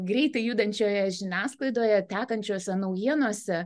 greitai judančioje žiniasklaidoje tekančiuose naujienose